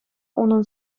унӑн